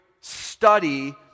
study